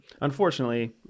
unfortunately